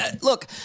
Look